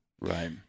Right